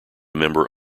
member